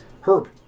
Herb